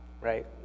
right